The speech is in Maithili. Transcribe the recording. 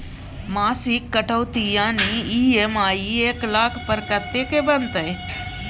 मासिक कटौती यानी ई.एम.आई एक लाख पर कत्ते के बनते?